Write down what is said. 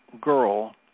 girl